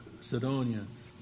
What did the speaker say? Sidonians